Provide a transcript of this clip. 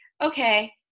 okay